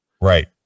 right